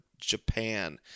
Japan